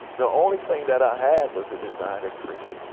the only thing that i had, was the design to create.